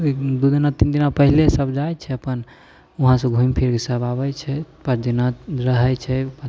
ओहिदिन दूदिना तीनदिना पहिलेसब जाइत छै अपन वहाँसे घुमि फिरसब आबैत छै पाँच दिना रहैत छै